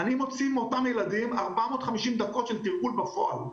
אני מוציא עם אותם ילדים 450 דקות של תרגול בפועל.